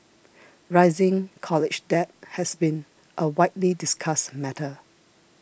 rising college debt has been a widely discussed matter